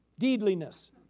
Deedliness